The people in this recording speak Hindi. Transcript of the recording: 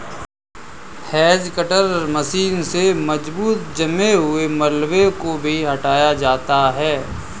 हेज कटर मशीन से मजबूत जमे हुए मलबे को भी हटाया जाता है